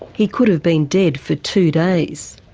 he could have been dead for two days.